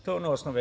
To je ono osnovno.